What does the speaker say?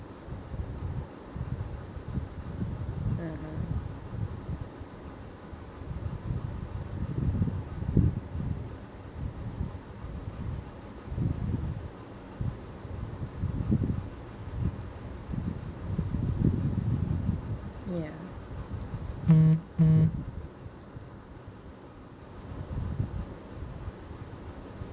(uh huh) ya